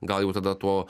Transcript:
gal jau tada tuo